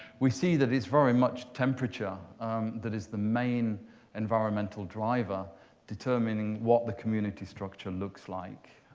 we see that it's very much temperature that is the main environmental driver determining what the community structure looks like.